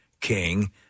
King